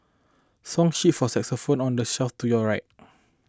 song sheets for xylophones on the shelf to your right